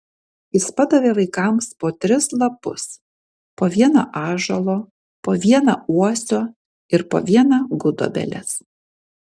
jis padavė vaikams po tris lapus po vieną ąžuolo po vieną uosio ir po vieną gudobelės